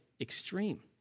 extreme